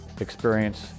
experience